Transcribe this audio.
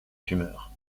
tumeur